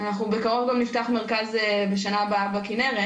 אנחנו בקרוב גם נפתח מרכז בשנה הבאה בכנרת,